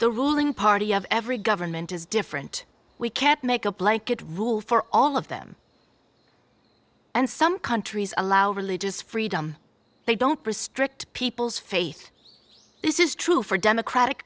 the ruling party of every government is different we can't make a blanket rule for all of them and some countries allow religious freedom they don't restrict people's faith this is true for democratic